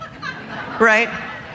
right